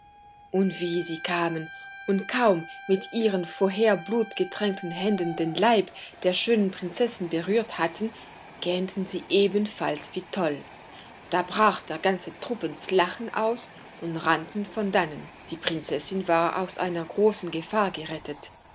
und wie sie kamen und kaum mit ihren vorher blutgetränkten händen den leib der schönen prinzessin berührt hatten gähnten sie ebenfalls wie toll da brach der ganze trupp in lachen aus und rannte von dannen die prinzessin war aus einer großen gefahr gerettet